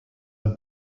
the